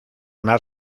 más